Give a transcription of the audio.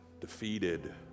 defeated